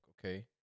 okay